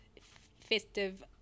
festive